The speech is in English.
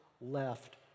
left